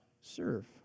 serve